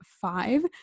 five